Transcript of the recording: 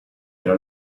era